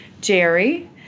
Jerry